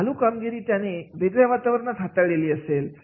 चालू कामगिरी त्याने वेगळ्या वातावरणात हाताळलेले असतील